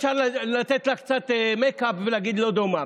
אפשר לתת לה קצת מייק-אפ ולהגיד שהיא לא דומה,